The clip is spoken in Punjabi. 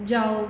ਜਾਓ